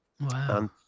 Wow